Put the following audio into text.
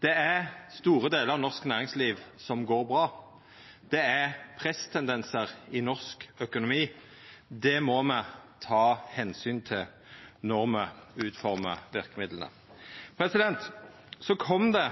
Det er store delar av norsk næringsliv som går bra. Det er presstendensar i norsk økonomi. Det må me ta omsyn til når me utformar verkemidla. Så kom det